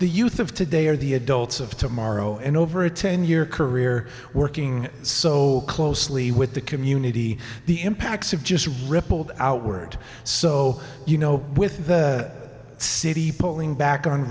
the youth of today are the adults of tomorrow and over a ten year career working so closely with the community the impacts of just rippled outward so you know with the city pulling back on